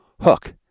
Hook